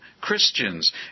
Christians